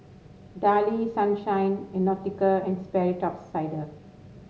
Darlie Sunshine and Nautica And Sperry Top Sider